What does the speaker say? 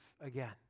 again